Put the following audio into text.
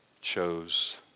chose